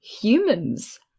humans